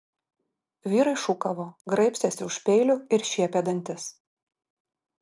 vyrai šūkavo graibstėsi už peilių ir šiepė dantis